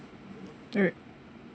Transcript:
uh